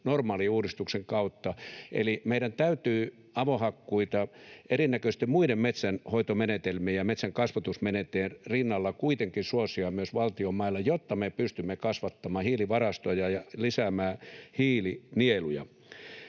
normaaliuudistuksen kautta. Eli meidän täytyy avohakkuita erinäköisten muiden metsänhoitomenetelmien ja metsänkasvatusmenetelmien rinnalla kuitenkin suosia myös valtion mailla, jotta me pystymme kasvattamaan hiilivarastoja ja lisäämään hiilinieluja.